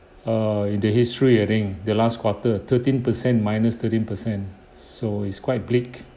err in the history I think the last quarter thirteen percent minus thirteen percent so it's quite bleak